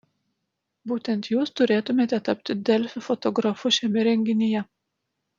būtent jūs turėtumėte tapti delfi fotografu šiame renginyje